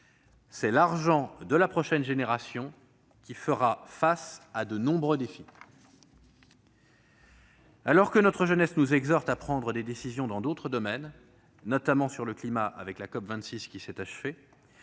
de l'argent de la prochaine génération, qui fera face à de nombreux défis. Alors que notre jeunesse nous exhorte à prendre des décisions dans d'autres domaines, notamment sur le climat, avec la COP26 qui s'est achevée,